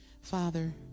Father